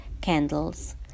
candles